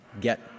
get